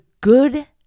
good